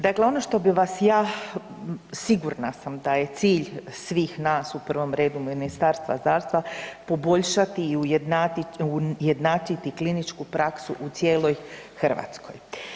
Dakle, ono što bih vas ja sigurna sam da je cilj svih nas u prvom redu Ministarstva zdravstva, poboljšati i ujednačiti kliničku praksu u cijeloj Hrvatskoj.